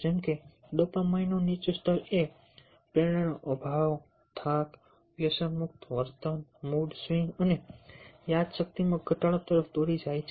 જેમકે ડોપામાઇનનું નીચું સ્તર એ પ્રેરણાનો અભાવ થાક વ્યસનયુક્ત વર્તન મૂડ સ્વિંગ અને યાદશક્તિમાં ઘટાડો તરફ દોરી શકે છે